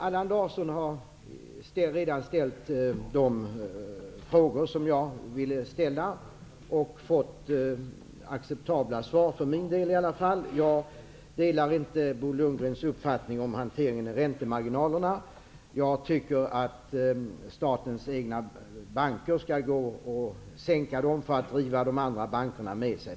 Allan Larsson har redan ställt de frågor som jag ville ställa och fått för mig acceptabla svar. Jag delar inte Bo Lundgrens uppfattning om hanteringen av räntemarginalerna. Jag tycker att statens egna banker skall sänka dem för att driva de andra bankerna att göra detsamma.